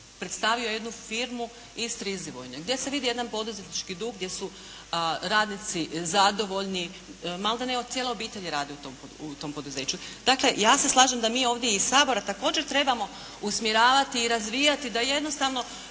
predstavio jednu firmu iz Strizivojne, gdje se vidi jedan poduzetnički duh, gdje su radnici zadovoljni, malte ne cijela obitelj radi u tom poduzeću. Dakle, ja se slažem da mi ovdje iz Sabora također trebamo usmjeravati i razvijati da jednostavno